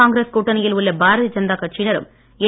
காங்கிரஸ் கூட்டணியில் உள்ள பாரதிய ஜனதா கட்சியினரும் என்